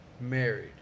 married